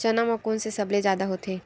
चना म कोन से सबले जादा होथे?